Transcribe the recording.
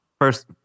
first